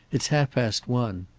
it's half past one.